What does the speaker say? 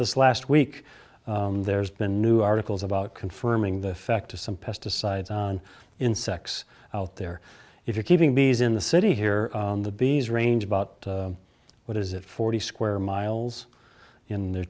this last week there's been a new articles about confirming the effect of some pesticides on insects out there if you're keeping bees in the city here on the bees range about what is it forty square miles in their